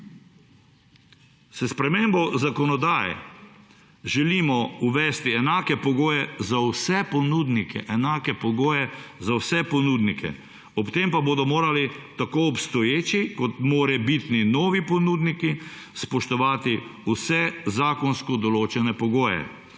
za vse ponudnike - enake pogoje za vse ponudnike – ob tem pa bodo morali tako obstoječi, kot morebitni novi ponudniki, spoštovati vse zakonsko določene pogoje.